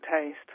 taste